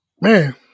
man